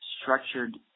structured